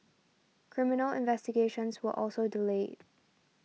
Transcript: criminal investigations were also delayed